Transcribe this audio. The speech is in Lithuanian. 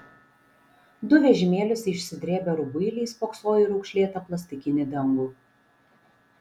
du vežimėliuose išsidrėbę rubuiliai spoksojo į raukšlėtą plastikinį dangų